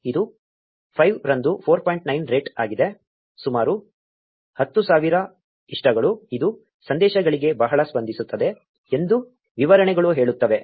9 rate ಆಗಿದೆ ಸುಮಾರು 10000 ಇಷ್ಟಗಳು ಇದು ಸಂದೇಶಗಳಿಗೆ ಬಹಳ ಸ್ಪಂದಿಸುತ್ತದೆ ಎಂದು ವಿವರಣೆಗಳು ಹೇಳುತ್ತವೆ